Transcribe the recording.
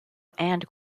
and